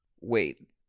wait